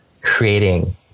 creating